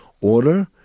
order